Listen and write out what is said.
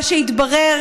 מה שהתברר,